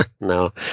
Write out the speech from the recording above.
No